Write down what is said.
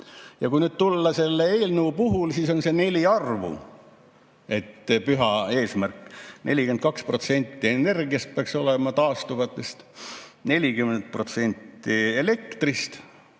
Ja kui nüüd tulla selle eelnõu juurde, siis on neli arvu see püha eesmärk: 42% energiast peaks olema taastuvatest, 40% elektrist,